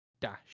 dash